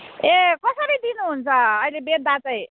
ए कसरी दिनुहुन्छ अहिले बेच्दा चाहिँ